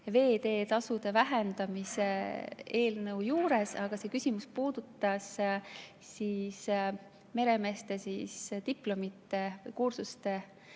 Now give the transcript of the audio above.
veeteetasude vähendamise eelnõu juures, aga see küsimus puudutas meremeeste diplomite või kursuste